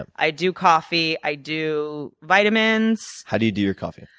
and i do coffee, i do vitamins. how do you do your coffee?